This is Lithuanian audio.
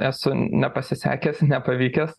esu nepasisekęs nepavykęs